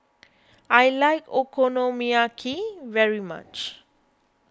I like Okonomiyaki very much